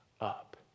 up